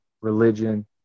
religion